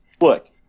look